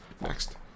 Next